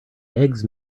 eggs